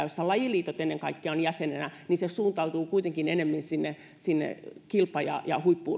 jossa lajiliitot ennen kaikkea ovat jäsenenä suuntautuu kuitenkin ennemmin sinne sinne kilpa ja ja huippu